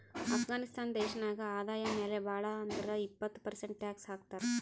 ಅಫ್ಘಾನಿಸ್ತಾನ್ ದೇಶ ನಾಗ್ ಆದಾಯ ಮ್ಯಾಲ ಭಾಳ್ ಅಂದುರ್ ಇಪ್ಪತ್ ಪರ್ಸೆಂಟ್ ಟ್ಯಾಕ್ಸ್ ಹಾಕ್ತರ್